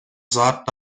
saat